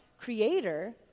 creator